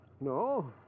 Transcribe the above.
No